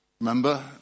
Remember